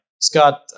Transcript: Scott